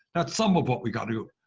that's some of what we got to do.